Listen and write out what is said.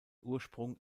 ursprung